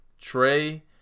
Trey